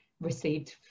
received